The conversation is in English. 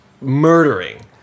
murdering